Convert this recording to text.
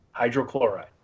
Hydrochloride